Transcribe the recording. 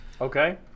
okay